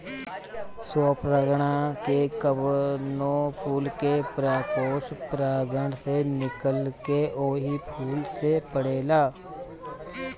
स्वपरागण में कवनो फूल के परागकोष परागण से निकलके ओही फूल पे पड़ेला